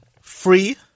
free